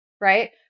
right